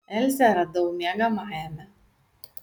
elzę radau miegamajame